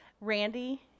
Randy